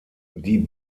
die